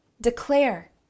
declare